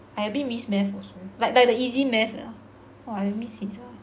I a bit miss math also like like the easy math !wah! I miss it sia